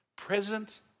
Present